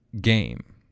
game